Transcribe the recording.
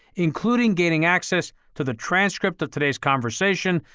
including gaining access to the transcript of today's conversation,